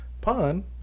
Pun